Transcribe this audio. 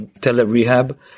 tele-rehab